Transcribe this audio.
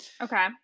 Okay